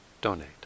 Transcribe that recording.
donate